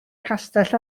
castell